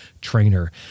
trainer